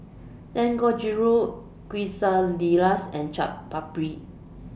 Dangojiru Quesadillas and Chaat Papri